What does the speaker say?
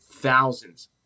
thousands